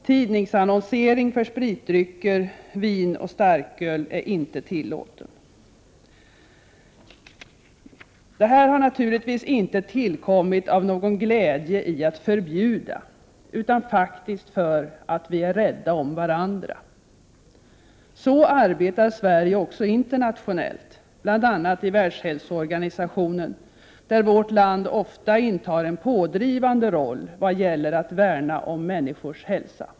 Tidningsannonsering för spritdrycker, vin och starköl är inte tillåten. Detta har naturligtvis inte tillkommit på grund av någon glädje i att förbjuda, utan faktiskt för att vi är rädda om varandra. Så arbetar Sverige också internationellt, bl.a. i Världshälsoorganisationen, där vårt land ofta intar en pådrivande roll när det gäller att värna om människors hälsa.